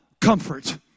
comfort